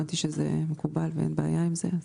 הבנתי שזה מקובל ואין בעיה עם זה.